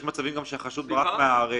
יש מצבים שבהם החשוד ברח מהארץ.